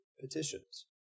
petitions